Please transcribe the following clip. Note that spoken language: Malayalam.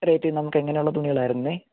നമുക്ക് എങ്ങനെയുള്ള തുണികളായിരുന്നു